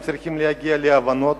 הם צריכים להגיע להבנות.